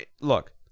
look